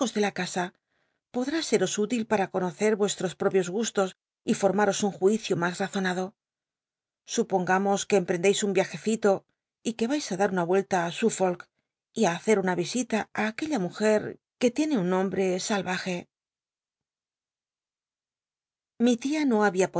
de la rasa potl t i setos útil pma conocer ucsllos propios gustos y fomatos un juicio mas tazonado supongamos que rendeis un viajecito y que vais á dar lllta m ella ti suffolk y ti bacct una isita ü aquella mujer que tiene un nombre salmje mi tia no